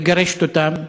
מגרשת אותם,